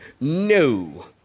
No